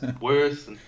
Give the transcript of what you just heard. worse